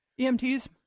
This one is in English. EMTs